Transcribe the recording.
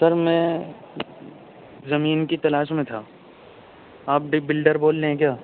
سر میں زمین کی تلاش میں تھا آپ ڈگ بلڈر بول رہے ہیں کیا